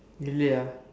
really ah